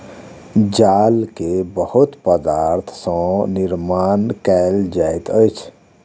जाल के बहुत पदार्थ सॅ निर्माण कयल जाइत अछि